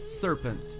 serpent